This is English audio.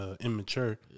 immature